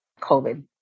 COVID